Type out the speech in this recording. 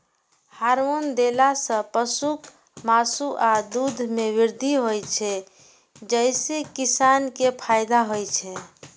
hormone देला सं पशुक मासु आ दूध मे वृद्धि होइ छै, जइसे किसान कें फायदा होइ छै